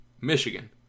Michigan